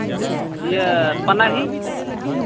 ᱤᱭᱟᱹ ᱯᱟᱱᱟᱦᱤ